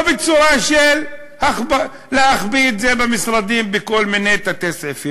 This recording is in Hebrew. או בצורה של להחביא את זה במשרדים בכל מיני תתי-סעיפים.